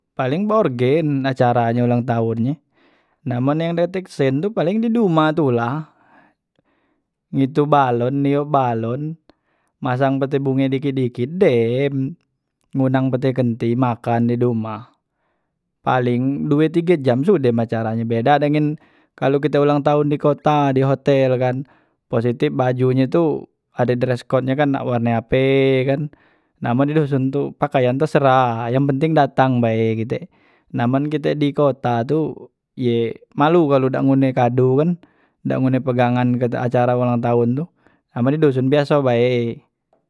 Paling beorgen acara nyo ulang tahon nyo nah men yang dak tek sen tu paling di dumah tula ngidup balon, balon niup balon masang pete bunge dikit dikit dem ngundang peti kenti makan di dumah paleng due tige jam sudem acaranyo beda dengan kalu kito ulang tahon di kota di hotel kan positip baju nye tu ade dreskot nye kan nak warne ape kan nah men di duson tu pakean terserah yang penting datang bae kite nah men kite di kota tu ye malu men dak ngunde kado kan dak ngunde pegangan kak acara ulang tahon tu amen di duson biaso bae.